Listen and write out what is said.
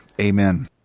Amen